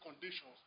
conditions